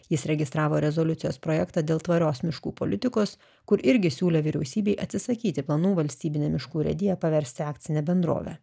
jis registravo rezoliucijos projektą dėl tvarios miškų politikos kuri irgi siūlė vyriausybei atsisakyti planų valstybinę miškų urėdiją paversti akcine bendrove